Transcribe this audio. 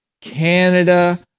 Canada